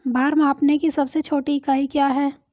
भार मापने की सबसे छोटी इकाई क्या है?